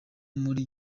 muri